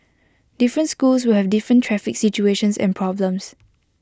different schools will have different traffic situations and problems